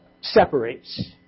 separates